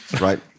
Right